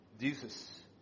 Jesus